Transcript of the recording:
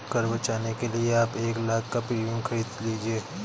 कर बचाने के लिए आप एक लाख़ का प्रीमियम खरीद लीजिए